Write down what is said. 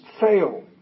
fail